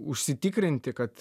užsitikrinti kad